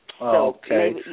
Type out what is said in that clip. Okay